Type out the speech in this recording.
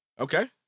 Okay